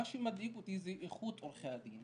מה שמדאיג אותי זה איכות עורכי הדין.